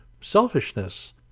selfishness